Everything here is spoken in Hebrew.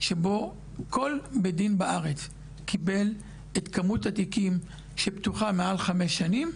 שבו כל בית דין בארץ קיבל את כמות התיקים שפתוחה מעל חמש שנים.